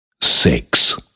six